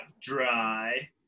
dry